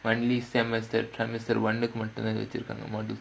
finally semester trimester ஒன்னுக்கு மட்டுதா வெச்சுருக்காங்க:onnukku mattuthaa vechurukkaanga